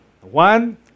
One